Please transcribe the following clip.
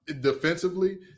defensively